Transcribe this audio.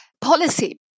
policy